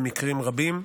במקרים רבים.